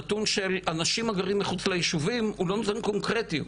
הנתון של האנשים הגרים מחוץ לישובים הוא לא נתון קונקרטי.